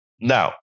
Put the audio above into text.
Now